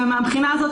מהבחינה הזאת,